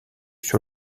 sur